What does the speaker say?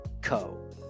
co